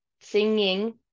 singing